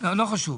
לא חשוב.